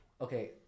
Okay